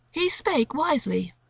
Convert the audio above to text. he spake wisely,